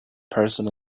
person